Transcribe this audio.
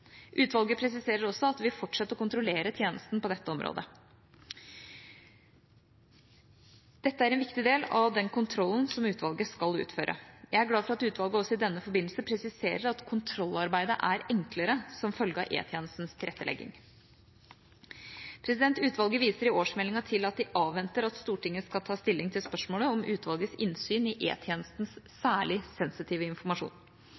Utvalget presiserer også at de vil fortsette å kontrollere tjenesten på dette området. Dette er en viktig del av den kontrollen som utvalget skal utføre. Jeg er glad for at utvalget også i denne forbindelse presiserer at kontrollarbeidet er enklere som følge av E-tjenestens tilrettelegging. Utvalget viser i årsmeldinga til at de avventer at Stortinget skal ta stilling til spørsmålet om utvalgets innsyn i E-tjenestens særlig sensitive informasjon.